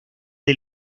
del